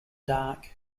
dark